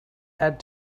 add